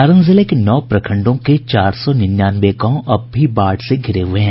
सारण जिले के नौ प्रखंडों के चार सौ निन्यानवे गांव अब भी बाढ़ से घिरे हुए हैं